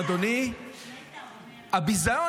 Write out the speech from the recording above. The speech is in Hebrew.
תודה רבה.